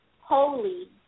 holy